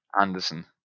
Anderson